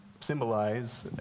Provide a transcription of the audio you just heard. symbolize